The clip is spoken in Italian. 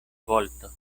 volto